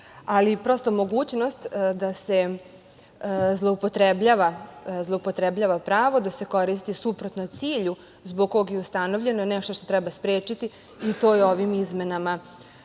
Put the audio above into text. mogućnost da se zloupotrebljava pravo, da se koristi suprotno cilju zbog kog je ustanovljeno nešto što treba sprečiti i to je ovim izmenama